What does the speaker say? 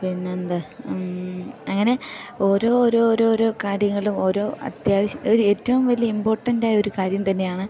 പിന്നെന്താ അങ്ങനെ ഓരോ ഓരോ ഓരോരോ കാര്യങ്ങളും ഓരോ അത്യാവശ്യം ഒരു ഏറ്റവും വലിയ ഇമ്പോർട്ടൻറ്റായൊരു കാര്യം തന്നെയാണ്